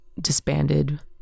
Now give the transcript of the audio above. disbanded